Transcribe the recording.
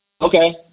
Okay